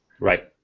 Right